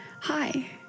Hi